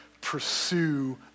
pursue